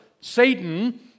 Satan